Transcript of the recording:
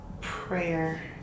prayer